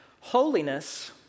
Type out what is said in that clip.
Holiness